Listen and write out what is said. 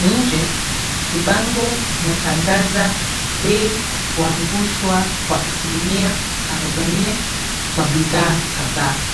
Nje, kibango kinatangaza bei kuangushwa kwa asilimia arubaine kwa bidhaa kadhaa.